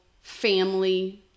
family